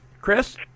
Chris